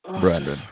Brandon